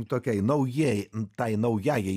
tokiai naujai tai naujajai